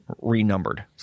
renumbered